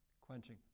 Quenching